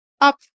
up